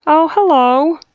oh, hello!